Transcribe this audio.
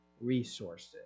resources